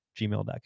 gmail.com